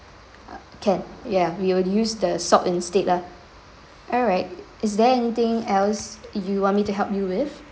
can ya we will use the salt instead lah alright is there anything else you want me to help you with